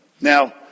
Now